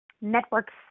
networks